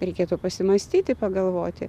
reikėtų pasimąstyti pagalvoti